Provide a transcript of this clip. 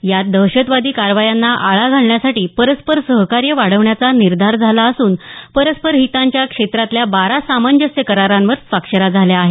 यात दहशतवादी कारवायांना आळा घालण्यासाठी परस्पर सहकार्य वाढवण्याचा निर्धार झाला असून परस्पर हितांच्या क्षेत्रातल्या बारा सामंजस्य करारांवर स्वाक्षऱ्या झाल्या आहेत